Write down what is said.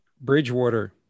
Bridgewater